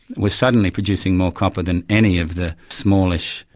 were suddenly producing more copper than any of the smallish,